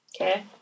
Okay